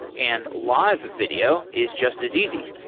and live video is just as easy.